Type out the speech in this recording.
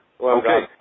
Okay